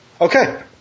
okay